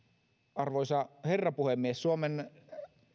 arvoisa herra puhemies suomen